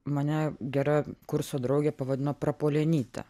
mane gera kurso draugė pavadino prapuolenyte